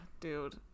Dude